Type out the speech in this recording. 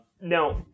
Now